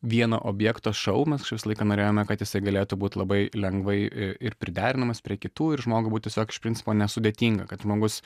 vieno objekto šou mes kažkaip visą laiką norėjome kad jisai galėtų būt labai lengvai ir priderinamas prie kitų ir žmogui būtų tiesiog iš principo nesudėtinga kad žmogus